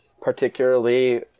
particularly